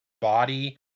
body